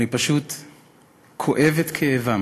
אני פשוט כואב את כאבן